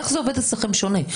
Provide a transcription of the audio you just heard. איך זה עובד אצלכם שונה?